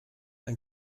ein